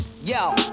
yo